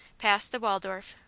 past the waldorf,